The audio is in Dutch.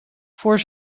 voor